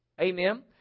Amen